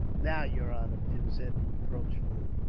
now, yer honor, tim said reproachfully,